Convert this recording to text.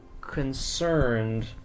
concerned